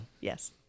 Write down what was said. Yes